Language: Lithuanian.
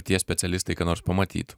tie specialistai ką nors pamatytų